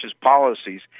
policies